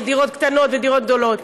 ודירות קטנות ודירות גדולות,